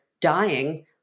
dying